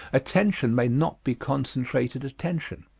attention may not be concentrated attention.